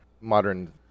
modern